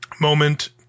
moment